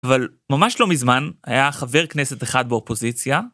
אבל ממש לא מזמן, היה חבר כנסת אחד באופוזיציה.